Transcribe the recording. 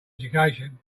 education